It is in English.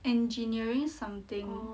engineering something